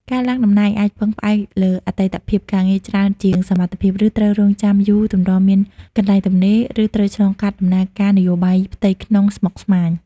ការឡើងតំណែងអាចពឹងផ្អែកលើអតីតភាពការងារច្រើនជាងសមត្ថភាព ឬត្រូវរង់ចាំយូរទម្រាំមានកន្លែងទំនេរ ឬត្រូវឆ្លងកាត់ដំណើរការនយោបាយផ្ទៃក្នុងស្មុគស្មាញ។